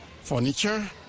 Furniture